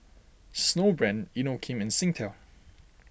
Snowbrand Inokim and Singtel